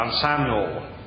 Samuel